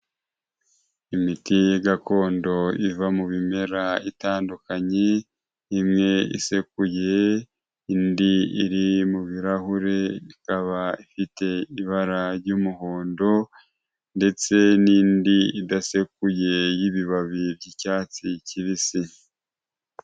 Imiti gakondo iva mu bimera itandukanye, imwe isekuye indi iri mu birahure, ikaba ifite ibara ry'umuhondo ndetse n'indi idasekuye y'ibibabi by'icyatsi kibisi.